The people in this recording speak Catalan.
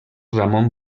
ramon